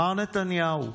"מר נתניהו,